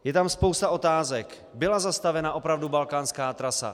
Je tam spousta otázek: Byla zastavena opravdu balkánská trasa?